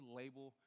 label